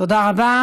תודה רבה.